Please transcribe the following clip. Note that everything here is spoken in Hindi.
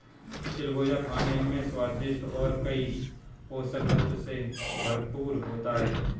चिलगोजा खाने में स्वादिष्ट और कई पोषक तत्व से भरपूर होता है